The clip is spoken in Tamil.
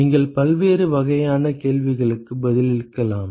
நீங்கள் பல்வேறு வகையான கேள்விகளுக்கு பதிலளிக்கலாம்